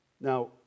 now